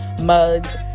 mugs